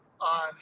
on